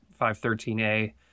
513A